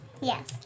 Yes